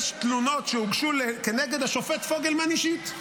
יש תלונות שהוגשו כנגד השופט פוגלמן אישית,